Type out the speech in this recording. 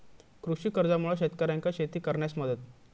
कृषी कर्जामुळा शेतकऱ्यांका शेती करण्यास मदत